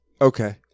Okay